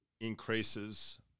increases